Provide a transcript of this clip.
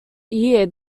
year